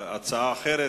הצעה אחרת.